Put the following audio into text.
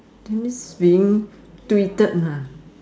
that means being tweeted lah